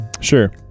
Sure